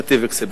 "נתיב אקספרס".